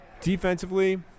Defensively